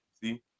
see